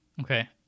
Okay